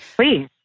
Please